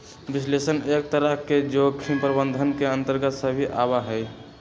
विश्लेषण एक तरह से जोखिम प्रबंधन के अन्तर्गत भी आवा हई